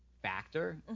factor